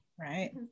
Right